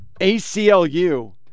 ACLU